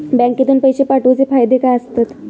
बँकेतून पैशे पाठवूचे फायदे काय असतत?